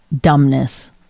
dumbness